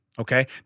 Okay